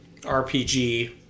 RPG